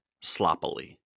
sloppily